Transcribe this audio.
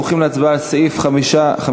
אנחנו הולכים להצבעה על סעיף 15?